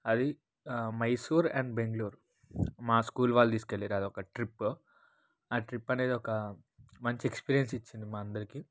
అది మైసూర్ అండ్ బెంగళూర్ మా స్కూల్ వాళ్ళు తీసుకెళ్ళారు అదొక ట్రిప్పు ట్రిప్పనేది ఒక మంచి ఎక్స్పీరియన్స్ ఇచ్చింది మా అందరికి